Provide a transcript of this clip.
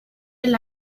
del